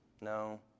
No